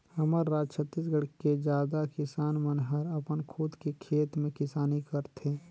हमर राज छत्तीसगढ़ के जादा किसान मन हर अपन खुद के खेत में किसानी करथे